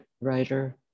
writer